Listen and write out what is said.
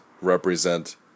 represent